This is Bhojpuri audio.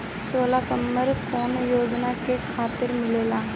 सोलर पम्प कौने योजना के तहत मिलेला?